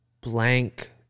blank